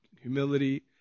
humility